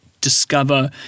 discover